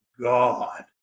God